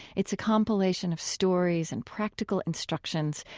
it's a compilation of stories and practical instructions,